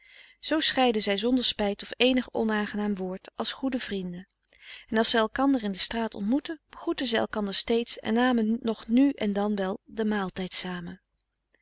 zoo scheidden zij zonder spijt of eenig onaangenaam woord als goede vrienden en als zij elkander in de straat ontmoetten begroetten zij elkander steeds en namen nog nu en dan wel den maaltijd samen